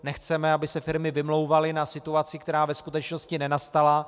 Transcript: Nechceme, aby se firmy vymlouvaly na situaci, která ve skutečnosti nenastala.